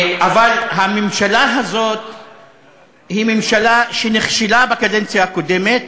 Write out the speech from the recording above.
הממשלה הזאת היא ממשלה שנכשלה בקדנציה הקודמת,